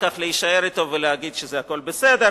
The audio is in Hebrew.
כך להישאר אתו ולהגיד שזה הכול בסדר,